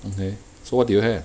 okay so what did you have